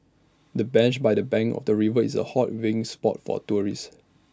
the bench by the bank of the river is A hot viewing spot for tourists